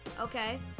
okay